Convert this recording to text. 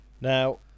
Now